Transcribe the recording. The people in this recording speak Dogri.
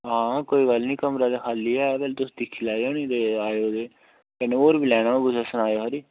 हां कोई गल्ल नेईं कमरा ते खाली है पैह्ले तुस दिक्खी लैओ नी ते तुस आए ओ क'न्नै होर बी लैना होग कु'सै सनाए ओ खरी